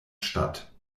statt